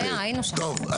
טוב,